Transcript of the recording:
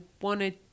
wanted